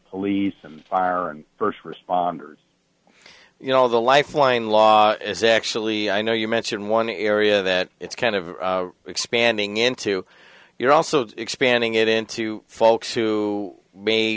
police and fire and first responders you know the lifeline law is actually i know you mentioned one area that it's kind of expanding into you're also expanding it into folks to ma